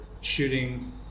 shooting